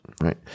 Right